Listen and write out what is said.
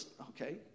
okay